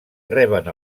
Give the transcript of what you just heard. reben